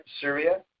Syria